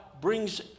brings